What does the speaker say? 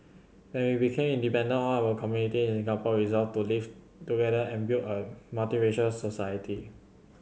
when we became independent all our community in Singapore resolved to live together and build a multiracial society